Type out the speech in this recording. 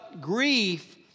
grief